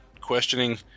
questioning